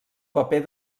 paper